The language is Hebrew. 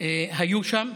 היו שם.